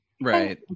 Right